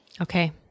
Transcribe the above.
Okay